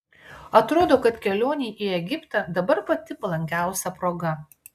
atrodo kad kelionei į egiptą dabar pati palankiausia proga